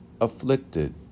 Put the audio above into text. afflicted